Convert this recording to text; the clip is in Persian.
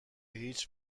هیچ